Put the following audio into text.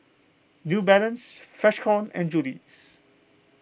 New Balance Freshkon and Julie's